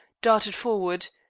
darted forward.